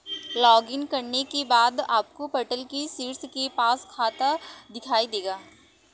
login करने के बाद आपको पटल के शीर्ष के पास खाता दिखाई देगा